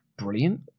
brilliant